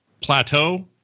plateau